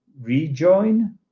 rejoin